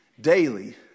daily